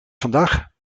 vandaag